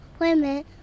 Women